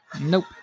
Nope